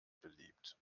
beliebt